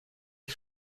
ich